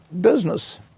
business